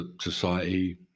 society